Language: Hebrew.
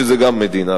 שזה גם מדינה,